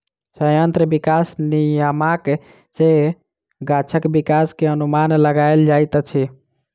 संयंत्र विकास नियामक सॅ गाछक विकास के अनुमान लगायल जाइत अछि